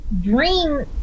dream